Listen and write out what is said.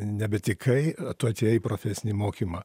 nebetikai tu atėjai į profesinį mokymą